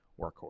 workhorse